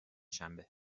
شنبه